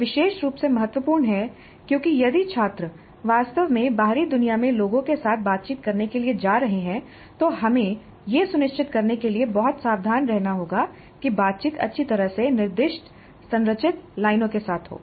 यह विशेष रूप से महत्वपूर्ण है क्योंकि यदि छात्र वास्तव में बाहरी दुनिया में लोगों के साथ बातचीत करने के लिए जा रहे हैं तो हमें यह सुनिश्चित करने के लिए बहुत सावधान रहना होगा कि बातचीत अच्छी तरह से निर्देशित संरचित लाइनों के साथ हो